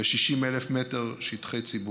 ו-60,000 מטר שטחי ציבור.